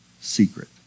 secret